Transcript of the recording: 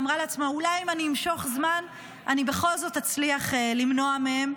ואמרה לעצמה: אולי אם אני אמשוך זמן אני בכל זאת אצליח למנוע מהם,